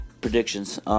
predictions